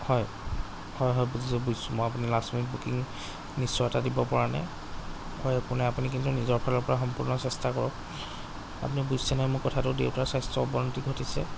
হয় হয় হয় বুজিছোঁ বুজিছোঁ মই আপোনাৰ লাষ্ট মিনিট বুকিং নিশ্চয়তা দিবপৰা নাই হয় আপোনাৰ আপুনি কিন্তু নিজৰ ফালৰপৰা সম্পূৰ্ণ চেষ্টা কৰক আপুনি বুজিছে নহয় মোৰ কথাটো দেউতাৰ স্বাস্থ্যৰ অৱনতি ঘটিছে